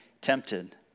tempted